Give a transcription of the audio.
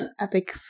epic